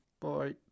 Bye